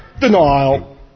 Denial